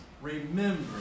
remember